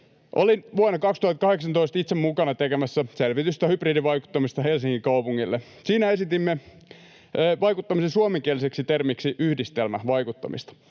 Olin vuonna 2018 itse mukana tekemässä selvitystä hybridivaikuttamisesta Helsingin kaupungille. Siinä esitimme vaikuttamisen suomenkieliseksi termiksi yhdistelmävaikuttamista.